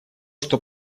что